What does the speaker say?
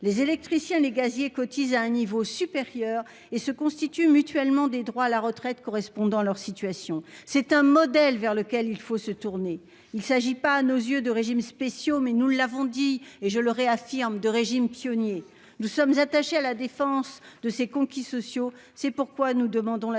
Les électriciens et les gaziers cotisent à un niveau supérieur et se constituent mutuellement des droits à la retraite correspondant à leur situation. C'est un modèle vers lequel il faut se tourner. Il s'agit, à nos yeux, non pas de régimes spéciaux, mais, je le réaffirme, de régimes pionniers. Nous sommes attachés à la défense de ces conquis sociaux. C'est pourquoi nous demandons la suppression